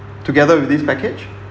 together with this package